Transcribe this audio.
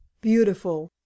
beautiful